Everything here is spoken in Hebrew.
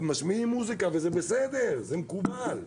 הם משמיעים מוזיקה, וזה בסדר, זה מקובל.